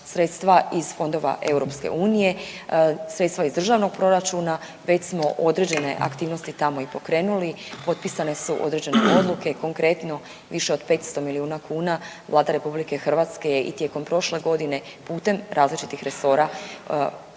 sredstva iz fondova EU, sredstva iz državnog proračuna. Već smo određene aktivnosti tamo i pokrenuli. Potpisane su određene odluke. Konkretno više od 500 milijuna kuna Vlada RH je i tijekom prošle godine putem različitih resora usmjerila